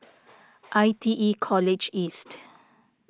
I T E College East